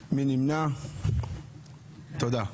תודה.